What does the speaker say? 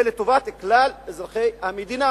וזה לטובת כלל אזרחי המדינה.